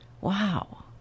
Wow